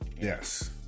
Yes